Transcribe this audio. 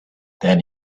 then